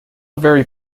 very